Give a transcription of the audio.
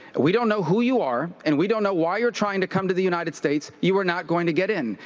we don't know who you are, and we don't know why you're trying to come to the united states, you are not going to get in,